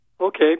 Okay